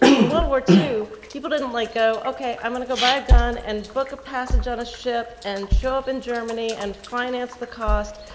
in world war two people didn't like go, okay, i'm going to go buy a gun and book passage on a ship and show up in germany and finance the cost.